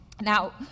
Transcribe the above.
Now